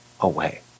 away